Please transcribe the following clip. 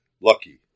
lucky